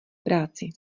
práci